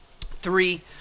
Three